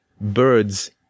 birds